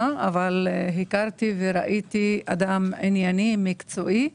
אבל הכרתי וראיתי אדם ענייני ומקצועי.